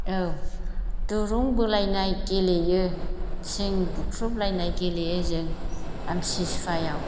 औ दुरुं बोलायनाय गेलेयो थिं बुख्रुबलायनाय गेलेयो जों आमथिसुवायाव